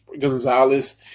Gonzalez